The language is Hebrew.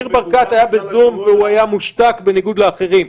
ניר ברקת היה בזום והוא היה מושתק בניגוד לאחרים.